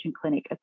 clinic